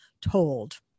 told